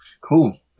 Cool